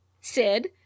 Sid